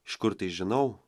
iš kur tai žinau